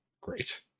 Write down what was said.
great